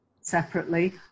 separately